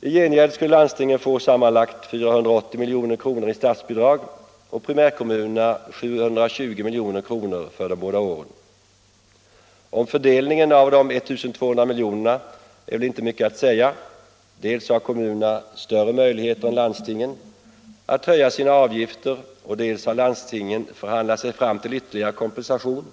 I gengäld skulle landstingen få sammanlagt 480 milj.kr. i statsbidrag och primärkommunerna 720 milj.kr. för de båda åren. Om fördelningen av de 1 200 miljonerna är väl inte mycket att säga. Dels har kommunerna större möjligheter än landstingen att höja sina avgifter, dels har landstingen förhandlat sig fram till ytterligare kompensation